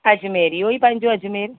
अजमेर इहो ई पंहिंजो अजमेर